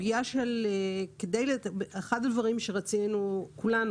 אחד הדברים שרצינו כולנו,